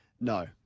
no